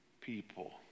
people